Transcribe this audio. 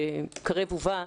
שקרב ובא,